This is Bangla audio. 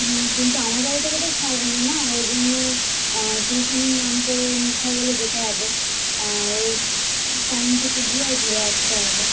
হুম কিন্তু আমার বাড়ি থেকে তো ছাড়বে না না ওজন্য টিউশনির নাম করে মিথ্যা বলে যেতে হবে আর ওই টাইমটুকু গিয়ে ওই ঘুরে আসতে হবে